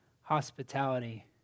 hospitality